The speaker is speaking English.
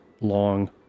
long